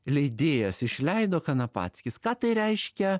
leidėjas išleido kanapackis ką tai reiškia